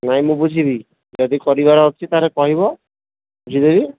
ନାଇଁ ମୁଁ ବୁଝିବି ଯଦି କରିବାର ଅଛି କହିବ ବୁଝି ଦେବି